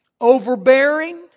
overbearing